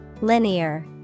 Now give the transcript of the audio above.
Linear